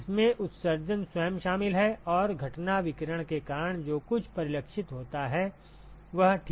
अब इसमें उत्सर्जन स्वयं शामिल है और घटना विकिरण के कारण जो कुछ भी परिलक्षित होता है वह ठीक है